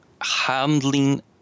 handling